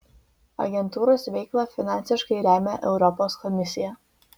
agentūros veiklą finansiškai remia europos komisija